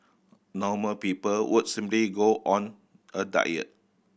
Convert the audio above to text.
normal people would simply go on a diet